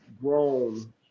grown